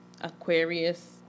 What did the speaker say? Aquarius